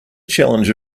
challenge